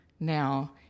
now